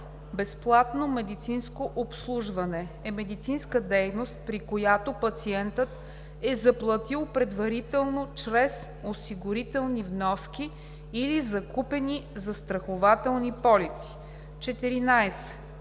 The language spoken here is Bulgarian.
„Безплатно медицинско обслужване“ е медицинска дейност, при която пациентът е заплатил предварително чрез осигурителни вноски или закупени застрахователни полици. 14.